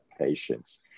patients